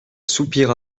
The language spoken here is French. soupira